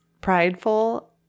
prideful